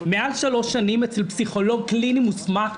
מעל שלוש שנים אצל פסיכולוג קליני מוסמך,